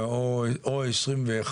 או 2021,